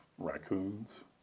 Raccoons